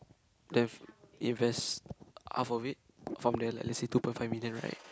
left invest half of it from there let let's say two point five million right